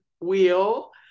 wheel